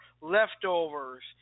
leftovers